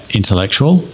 intellectual